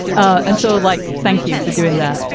and so like thank you for doing that.